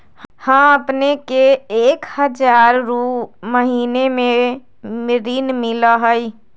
हां अपने के एक हजार रु महीने में ऋण मिलहई?